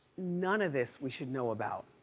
none of this we should know about.